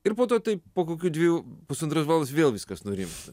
ir po to taip po kokių dviejų pusantros valandos vėl viskas nurimsta